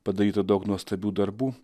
padaryta daug nuostabių darbų